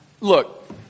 Look